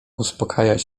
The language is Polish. uspokajać